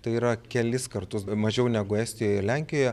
tai yra kelis kartus mažiau negu estijoj ir lenkijoje